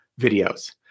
videos